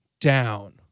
down